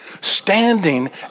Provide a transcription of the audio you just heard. standing